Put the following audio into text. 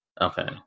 Okay